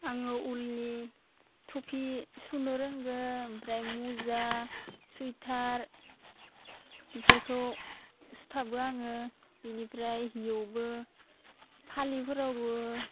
आङो उलनि थुफि सुनो रोंगौ ओमफ्राय मुजा सुइथार बेफोरखौ सुथाबो आङो बिनिफ्राय हिउबो फालिफोरावबो